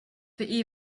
the